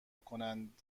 کنند